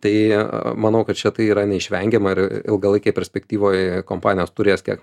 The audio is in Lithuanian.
tai manau kad čia tai yra neišvengiama ir ilgalaikėje perspektyvoje kompanijos turės tiek